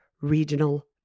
regional